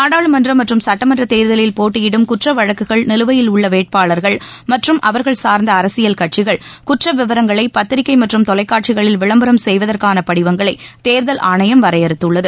நாடாளுமன்றம் மற்றும் சுட்டமன்றத் தேர்தலில் போட்டியிடும் குற்றவழக்குகள் நிலுவையில் உள்ள வேட்பாளர்கள் மற்றும் அவர்கள் சார்ந்த அரசியல் கட்சிகள் குற்ற விவரங்களை பத்திரிகை மற்றும் தொலைக்காட்சிகளில் விளம்பரம் செய்வதற்கான படிவங்களை தேர்தல் ஆணையம் வரையறுத்துள்ளது